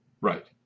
Right